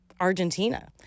Argentina